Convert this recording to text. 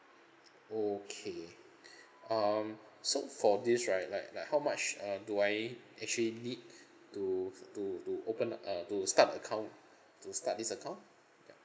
okay um so for this right like like how much uh do I actually need to to to open a to start the account to start this account ya